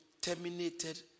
terminated